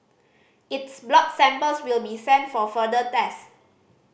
its blood samples will be sent for further test